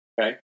okay